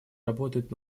работает